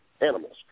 animals